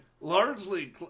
largely